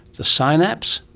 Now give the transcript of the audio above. the synapse.